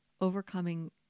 overcoming